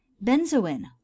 benzoin